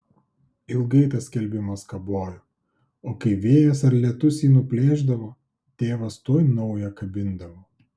ilgai tas skelbimas kabojo o kai vėjas ar lietus jį nuplėšdavo tėvas tuoj naują kabindavo